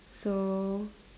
so